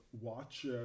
watch